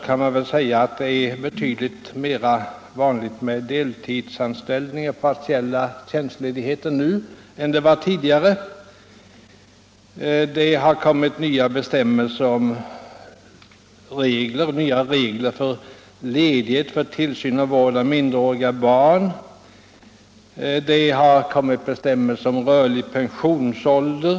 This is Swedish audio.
Exempelvis är det betydligt vanligare med deltidsanställning och partiell tjänstledighet nu än det var tidigare. Det har kommit nya regler om ledighet för tillsyn och vård av minderåriga barn, och det har kommit bestämmelser om rörlig pensionsålder.